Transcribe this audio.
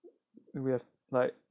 we have like